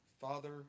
father